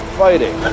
fighting